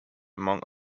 among